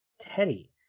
Teddy